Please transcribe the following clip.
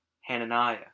Hananiah